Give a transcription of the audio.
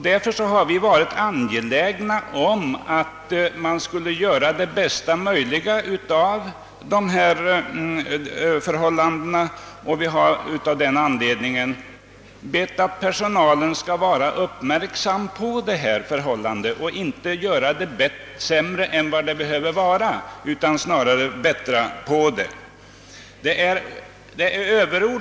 Därför har vi varit angelägna om att göra det bästa möjliga och har också bett personalen uppmärksamma förhållandet och inte göra maten sämre än den behöver vara utan snarare bättre.